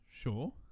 Sure